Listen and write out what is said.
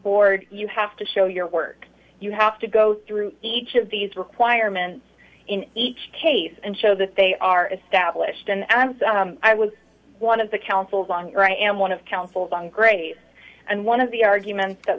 board you have to show your work you have to go through each of these requirements in each case and show that they are established and as i was one of the councils on your i am one of councils on grey's and one of the arguments that